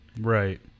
Right